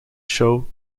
show